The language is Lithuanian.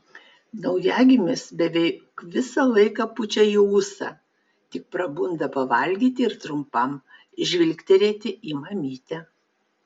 naujagimis beveik visą laiką pučia į ūsą tik prabunda pavalgyti ir trumpam žvilgtelėti į mamytę